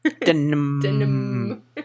Denim